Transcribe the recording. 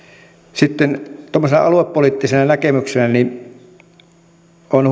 sitten tuommoisena aluepoliittisena näkemyksenä on